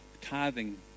tithing